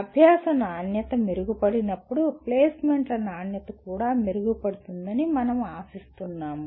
అభ్యాస నాణ్యత మెరుగుపడినప్పుడు ప్లేస్మెంట్ల నాణ్యత కూడా మెరుగుపడుతుందని మనం ఆశిస్తున్నాము